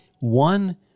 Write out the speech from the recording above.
one